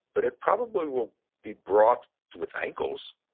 but it probably will be brought to its ankles.